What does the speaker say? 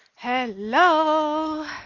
hello